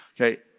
Okay